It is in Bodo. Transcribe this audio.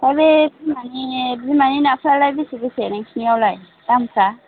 हा बे बिमानि बिमानि नाफ्रालाय बेसे बेसे नोंसिनिआवलाय दामफ्रा